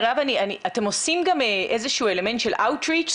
אתם עושים גם איזשהו אלמנט של אאוטריץ',